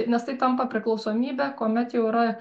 nes tai tampa priklausomybe kuomet jau yra